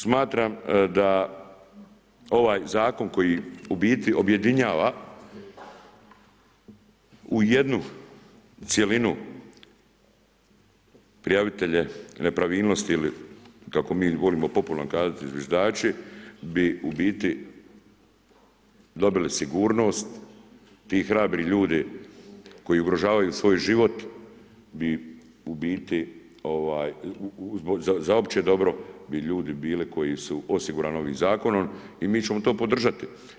Smatram da ovaj zakon koji u biti objedinjava u jednu cjelinu prijavitelje nepravilnosti ili kako mi volimo popularno kazati zviždači bi u biti dobili sigurnost, ti hrabri ljudi koji ugrožavaju svoj život bi u biti za opće dobro bi ljudi bili koji su osigurani ovim zakonom i mi ćemo to podržati.